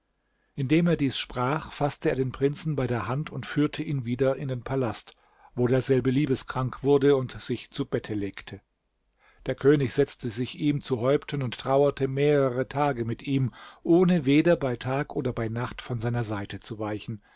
indem er dies sprach faßte er den prinzen bei der hand und führte ihn wieder in den palast wo derselbe liebeskrank wurde und sich zu bette legte der könig setzte sich ihm zu häupten und trauerte mehrere tage mit ihm ohne weder bei tag oder bei nacht von seiner seite zu weichen